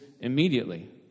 immediately